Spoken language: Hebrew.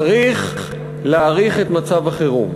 צריך להאריך את מצב החירום.